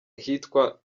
ahitwa